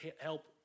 help